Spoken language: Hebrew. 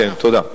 תודה.